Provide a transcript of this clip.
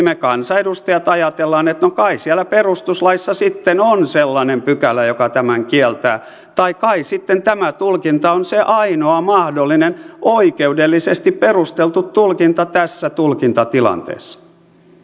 me kansanedustajat ajattelemme että no kai siellä perustuslaissa sitten on sellainen pykälä joka tämän kieltää tai kai tämä tulkinta sitten on se ainoa mahdollinen oikeudellisesti perusteltu tulkinta tässä tulkintatilanteessa